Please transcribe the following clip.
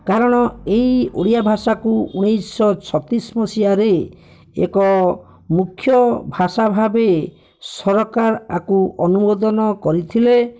କାରଣ ଏହି ଓଡ଼ିଆ ଭାଷାକୁ ଉଣେଇଶ ଶହ ଛତିଶ ମସିହାରେ ଏକ ମୁଖ୍ୟ ଭାଷା ଭାବେ ସରକାର ଏହାକୁ ଅନୁମୋଦନ କରିଥିଲେ